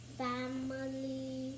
family